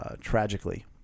tragically